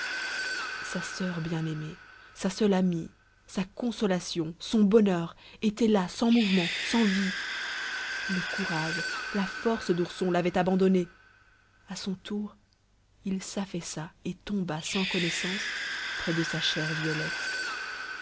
sa soeur bien-aimée sa seule amie sa consolation son bonheur était là sans mouvement sans vie le courage la force d'ourson l'avaient abandonné à son tour il s'affaissa et tomba sans connaissance près de sa chère violette